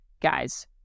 guys